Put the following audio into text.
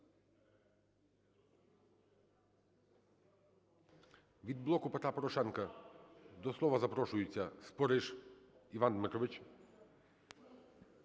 Від "Блоку Петра Порошенка" до слова запрошується Спориш Іван Дмитрович.